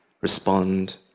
Respond